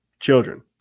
children